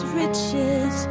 riches